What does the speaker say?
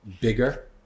bigger